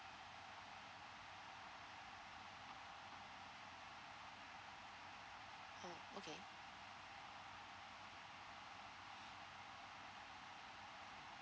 okay